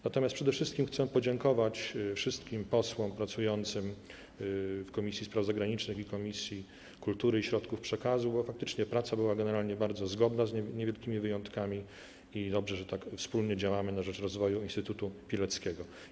Natomiast przede wszystkim chcę podziękować wszystkim posłom pracującym w Komisji Spraw Zagranicznych oraz Komisji Kultury i Środków Przekazu, bo faktycznie praca była generalnie bardzo zgodna, z niewielkimi wyjątkami, i dobrze, że tak wspólnie działamy na rzecz rozwoju Instytutu Pileckiego.